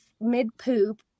mid-poop